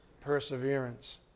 Perseverance